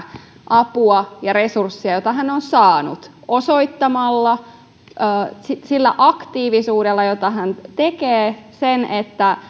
apua ja resurssia jota hän on saanut osoittamalla sillä aktiivisuudella jota hän tekee sen että